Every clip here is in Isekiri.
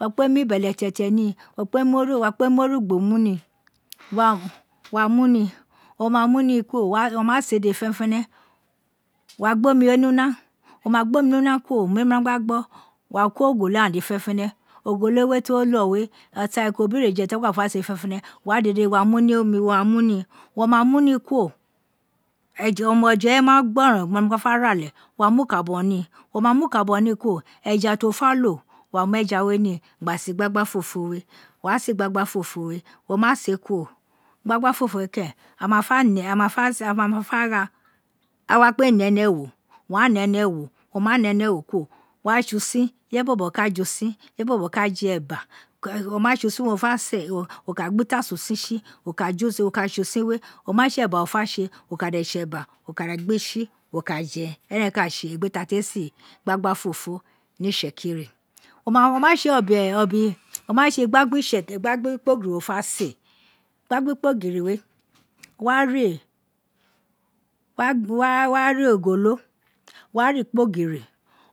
Wó kpé mu bẹlẹtẹtẹ ni kpe mo a kpe mi orugbo mu ni wo ma muni kuro. wo ma see dedẹ fenefẹne wa muni kuro, wa ma see dede fẹnẹfẹnẹ wa gbe omi we ni una, wo ma gbe omi ni una kuro, omi numa wino gba gbọ, wa ko ogolo ghan dede fẹnẹfẹnẹ ogolo we ti wo lo we, ataiko biri ighereje ta gba fe se dede fẹnẹfẹnẹ urun aghan dede wa mj ni omi wa mu ni, wo ma munni kuro omeje wé ma gbọrọn gin ọ nó fé ea lẹ wa mu. Ikanbọ mu ni, wo ma mu kinbo muni kuro, eja ti wo ma fr lo, wa mẹ ja we ni gba se igbagb fofo wé, wa se gbagbafofo wé o ma se kuro, gbagbaofofo we kẹren a ma fẹ e a ma fẹ a mu fẹ gha a wa kpe nẹẹ ni ẹwọ, wa ne nẹ ẹwo, wo ma nẹ ni ewo kuro wa tse usin, irẹye bọbọ ka fẹ uson ireye bọbọ ka jẹ ena, o ma tse usin wa fa se o wo ka gne utasu usin tse wo ka wo ka tse usin we, o ma tse eba wo fa gbe tsi wo ka je, jẹrẹn ka tse egbe fa ye se igbagba-ofofo ni itsekri. O ma tse o ma tse gbagbikpogiri wo fẹ sẹ gbagbikpogiri we wo wa re wa ea ogolo, wo wa ra ikpogiri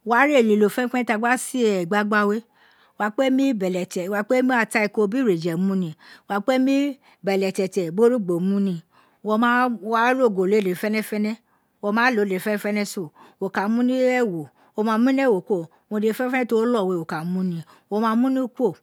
wo wa ra elilo fẹnẹ ta gba sie igbagba we, wa kpe mi ibẹlẹ te, wa kpe mu ataiko biri ighereje mu ni wa kpe mi bẹlẹtẹtẹ biri oru gbo mu ni, wo ma wo wa lo ogolo we dede fẹnẹfẹnẹ, wo ma lo dede fẹnẹfẹnẹ so, wo ka mu ni ẹwọ, wo ma mu ni ẹwo kuro unn dede fẹnẹfẹnẹ ti wo lo we wo ka ma ni